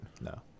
No